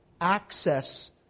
access